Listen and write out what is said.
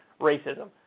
racism